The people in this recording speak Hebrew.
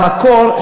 במקור,